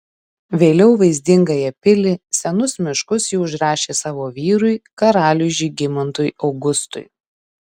vėliau vaizdingąją pilį senus miškus ji užrašė savo vyrui karaliui žygimantui augustui